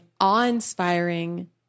awe-inspiring